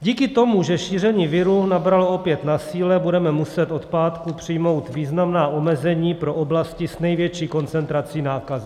Díky tomu, že šíření viru nabralo opět na síle, budeme muset od pátku přijmout významná omezení pro oblasti s největší koncentrací nákazy.